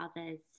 others